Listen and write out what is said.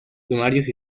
primarios